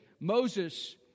Moses